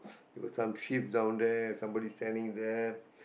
got some sheep down there somebody standing there